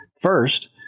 First